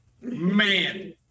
Man